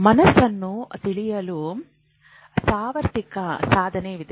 ಮನಸ್ಸನ್ನು ತಿಳಿಯಲು ಸಾರ್ವತ್ರಿಕ ಸಾಧನವಿದೆ